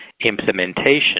implementation